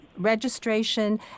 registration